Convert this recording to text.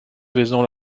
vaison